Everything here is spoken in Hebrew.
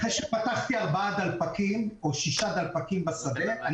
אחרי שפתחתי ארבעה או שישה דלפקים בשדה,